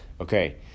Okay